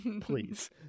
Please